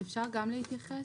אפשר גם להתייחס?